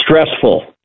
Stressful